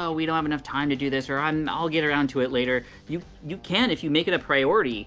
ah we don't have enough time to do this, or and i'll get around to it later. you you can if you make it a priority